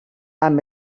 amb